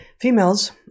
Females